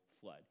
flood